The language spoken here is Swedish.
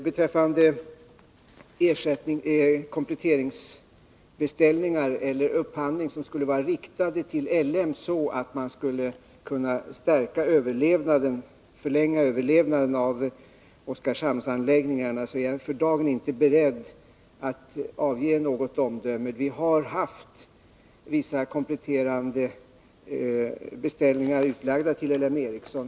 Beträffande kompletterande beställningar eller upphandling som skulle vara riktade till L M Ericsson för att förlänga överlevnaden av Oskarshamnsanläggningarna, är jag för dagen inte beredd att avge något omdöme. Vi har haft vissa kompletterande beställningar utlagda till ÅL M Ericsson.